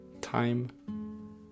time